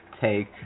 Take